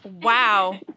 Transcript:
Wow